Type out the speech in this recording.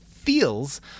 feels